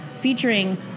featuring